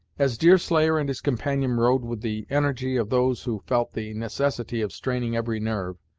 as deerslayer and his companion rowed with the energy of those who felt the necessity of straining every nerve,